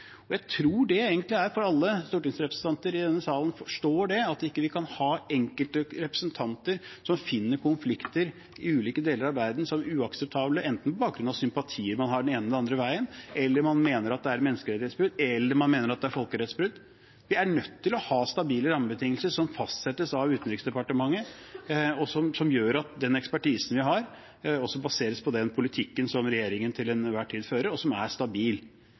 Jeg tror at alle stortingsrepresentantene i denne salen forstår at vi ikke kan ha enkeltrepresentanter som finner konflikter i ulike deler av verden uakseptable, enten på bakgrunn av sympatier man har den ene eller den andre veien, eller fordi man mener at det er menneskerettighetsbrudd, eller fordi man mener at det er folkerettsbrudd. Vi er nødt til å ha stabile rammebetingelser som fastsettes av Utenriksdepartementet, som gjør at den ekspertisen vi har, baseres på den politikken som regjeringen til enhver tid fører, og som er stabil.